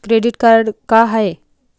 Credit card का हाय?